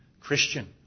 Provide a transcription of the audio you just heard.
Christian